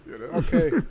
Okay